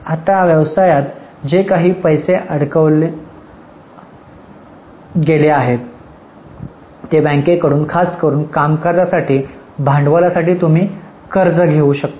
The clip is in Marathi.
आता व्यवसायात जे काही पैसे अडवले गेले आहेत ते बँकेकडुन खास करुन कामकाजासाठी भांडवलासाठी तुम्ही कर्ज घेऊ शकता